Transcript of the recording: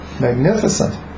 magnificent